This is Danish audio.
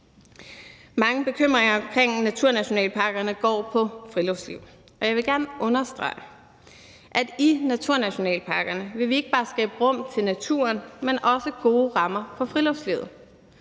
Mange bekymringer omkring naturnationalparkerne går på friluftslivet, og jeg vil gerne understrege, at vi i naturnationalparkerne ikke bare vil skabe rum til naturen, men også gode rammer for friluftslivet.